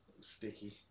sticky